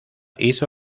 hizo